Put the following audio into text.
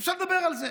אפשר לדבר על זה,